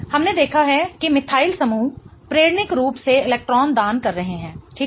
हमने देखा है कि मिथाइल समूह प्रेरणिक रूप से इलेक्ट्रॉन दान कर रहे हैं ठीक है